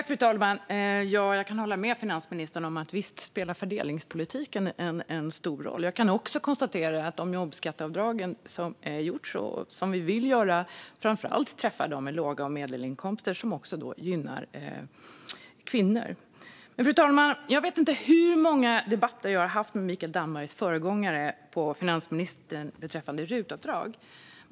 Fru talman! Jag kan hålla med finansministern om att fördelningspolitiken spelar en stor roll. Jag kan också konstatera att de jobbskatteavdrag som gjorts och som vi vill göra framför allt träffar dem med låga inkomster och medelinkomster, vilket också gynnar kvinnor. Fru talman! Jag vet inte hur många debatter jag har haft med Mikael Dambergs föregångare på finansministerposten beträffande rutavdrag.